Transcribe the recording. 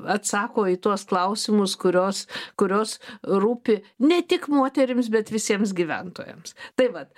atsako į tuos klausimus kurios kurios rūpi ne tik moterims bet visiems gyventojams tai vat